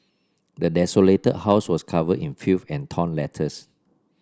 the desolated house was covered in filth and torn letters